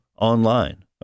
online